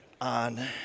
on